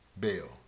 bail